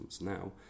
now